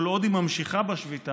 כל עוד היא ממשיכה בשביתה,